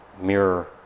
mirror